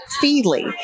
Feely